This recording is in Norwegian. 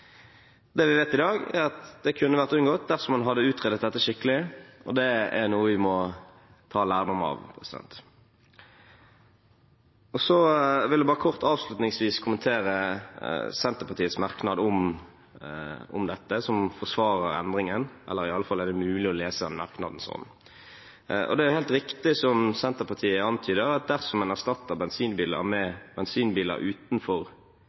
Det vi vet i dag, er at det kunne vært unngått dersom man hadde utredet dette skikkelig, og det er noe vi må ta lærdom av. Så vil jeg avslutningsvis kort kommentere Senterpartiets merknad om dette, som forsvarer endringen, eller iallfall er det mulig å lese merknaden slik. Det er helt riktig, som Senterpartiet antyder, at dersom man erstatter bensinbiler med dieselbiler utenfor